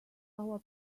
our